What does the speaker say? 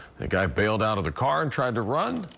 the guy bailed out of the car and tried to run,